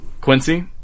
Quincy